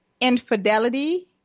Infidelity